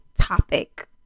topic